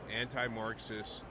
anti-marxist